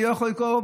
אני לא יכול לקרוא,